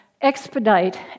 expedite